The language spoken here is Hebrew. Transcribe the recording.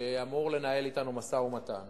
שאמור לנהל אתנו משא-ומתן